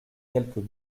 quelques